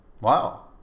Wow